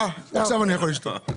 עכשיו אני יכול לשתוק.